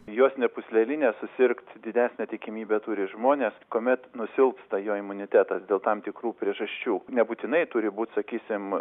juostine pūsleline susirgt didesnę tikimybę turi žmonės kuomet nusilpsta jo imunitetas dėl tam tikrų priežasčių nebūtinai turi būt sakysim